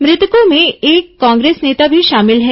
मृतकों में एक कांग्रेस नेता भी शामिल है